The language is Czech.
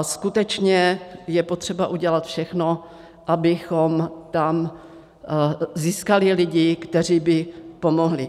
Skutečně je potřeba udělat všechno, abychom tam získali lidi, kteří by pomohli.